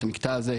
את המקטע הזה,